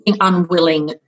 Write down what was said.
unwilling